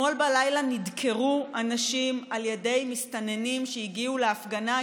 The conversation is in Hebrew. אתמול בלילה נדקרו אנשים על ידי מסתננים שהגיעו להפגנה,